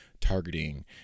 targeting